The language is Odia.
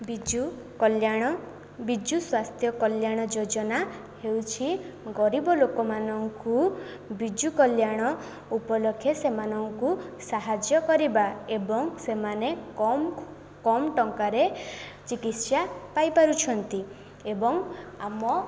ବିଜୁ କଲ୍ୟାଣ ବିଜୁ ସ୍ୱାସ୍ଥ୍ୟ କଲ୍ୟାଣ ଯୋଜନା ହେଉଛି ଗରିବ ଲୋକମାନଙ୍କୁ ବିଜୁ କଲ୍ୟାଣ ଉପଲକ୍ଷେ ସେମାନଙ୍କୁ ସାହାଯ୍ୟ କରିବା ଏବଂ ସେମାନେ କମ୍ କମ୍ ଟଙ୍କାରେ ଚିକିତ୍ସା ପାଇପାରୁଛନ୍ତି ଏବଂ ଆମ